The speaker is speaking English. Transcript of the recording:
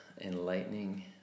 enlightening